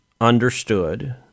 understood